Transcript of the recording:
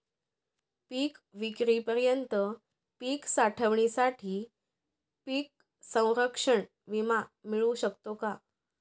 पिकविक्रीपर्यंत पीक साठवणीसाठी पीक संरक्षण विमा मिळू शकतो का?